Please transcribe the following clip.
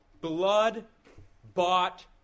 blood-bought